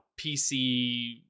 PC